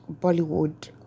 Bollywood